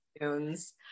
tunes